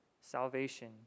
salvation